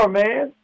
man